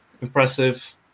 Impressive